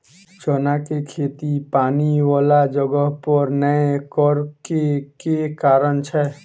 चना केँ खेती पानि वला जगह पर नै करऽ केँ के कारण छै?